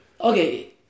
Okay